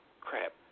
crap